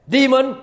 Demon